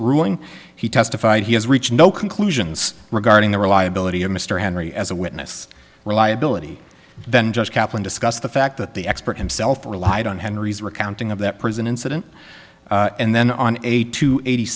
ruling he testified he has reach no conclusions regarding the reliability of mr henry as a witness reliability then just kaplan discussed the fact that the expert himself relied on henry's recounting of that prison incident and then on a two eighty